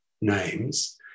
names